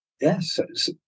yes